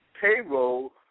payroll